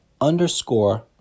underscore